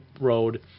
road